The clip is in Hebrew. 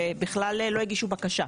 שבכלל לא הגישו בקשה,